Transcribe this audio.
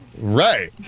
Right